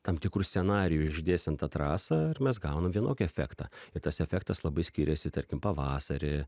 tam tikru scenariju išdėstan tą trasą ir mes gaunam vienokį efektą ir tas efektas labai skiriasi tarkim pavasarį